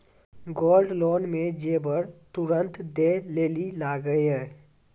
Gold loan मे जेबर तुरंत दै लेली लागेया?